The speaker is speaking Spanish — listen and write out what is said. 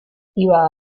iba